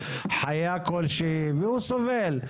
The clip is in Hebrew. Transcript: חיה כלשהי והוא סובל?